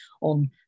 on